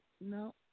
No